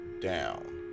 Down